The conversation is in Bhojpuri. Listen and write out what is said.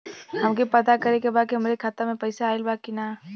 हमके पता करे के बा कि हमरे खाता में पैसा ऑइल बा कि ना?